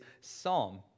psalm